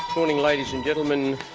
morning ladies and gentlemen.